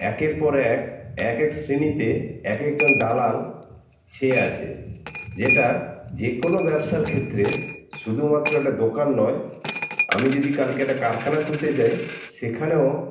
একের পর এক এক এক শ্রেণীতে এক এক দালাল ছেয়ে আছে যেটা যে কোনো ব্যবসার ক্ষেত্রে শুধুমাত্র একটা দোকান নয় আমি যদি কালকে একটা কারখানা খুলতে চাই সেখানেও